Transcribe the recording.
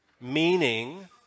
meaning